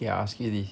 okay I ask you this